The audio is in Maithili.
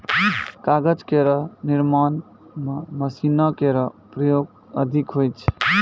कागज केरो निर्माण म मशीनो केरो प्रयोग अधिक होय छै